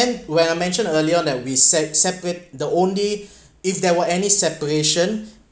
when I mentioned earlier that we sep~ separate the only if there were any separation